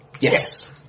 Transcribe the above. yes